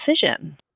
decision